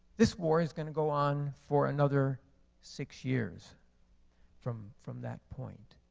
this war is going to go on for another six years from from that point.